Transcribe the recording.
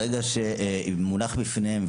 ברגע שמונח בפניהם,